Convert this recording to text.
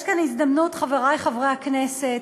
יש כאן הזדמנות, חברי חברי הכנסת,